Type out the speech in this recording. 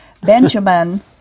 Benjamin